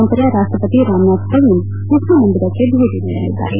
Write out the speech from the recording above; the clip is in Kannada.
ನಂತರ ರಾಷ್ಟಪತಿ ರಾಮನಾಥ್ ಕೋವಿಂದ್ ಕೃಷ್ಣ ಮಂದಿರಕ್ಕೆ ಭೇಟಿ ನೀಡಲಿದ್ದಾರೆ